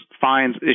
fines